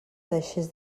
deixés